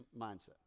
mindset